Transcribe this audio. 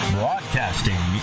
Broadcasting